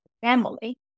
family